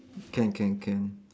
can can can